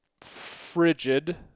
frigid